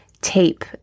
tape